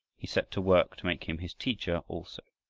he set to work to make him his teacher also.